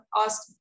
ask